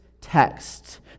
text